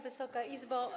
Wysoka Izbo!